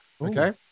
Okay